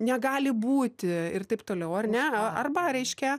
negali būti ir taip toliau ar ne arba reiškia